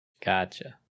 Gotcha